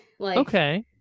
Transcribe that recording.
Okay